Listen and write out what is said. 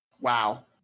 Wow